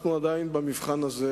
אנחנו עדיין במבחן הזה